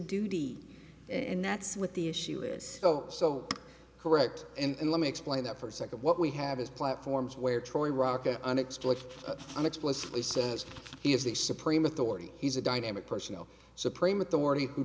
duty and that's what the issue is though so correct and let me explain that for a second what we have is platforms where tori rocca unexplored on explicitly says he has the supreme authority he's a dynamic personal supreme authority who